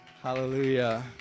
Hallelujah